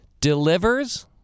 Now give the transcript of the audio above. delivers